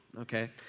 okay